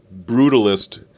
brutalist